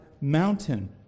mountain